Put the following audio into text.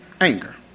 anger